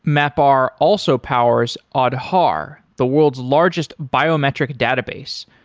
mapr also powers aadhaar, the world's largest biometric database,